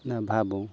নাভাবোঁ